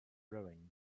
rowing